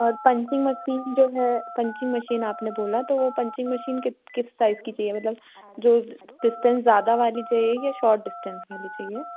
और punching machine जो है पंचिंग मशीन आपने बोला तो वह पंचिंग मशीन किस साइज़ की चाहिए मतलब जो डिस्टेंस ज़्यादा वाली चाहिए या शॉर्ट डिस्टेंस वाली चाहिए